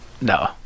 No